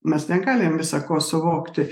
mes negalim visa ko suvokti